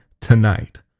tonight